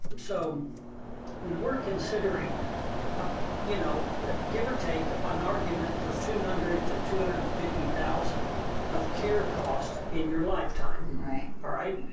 so when we're considering ah you know give or take, an argument for two hundred to two hundred fifty thousand of care cost in your lifetime. right. alright.